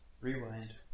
Rewind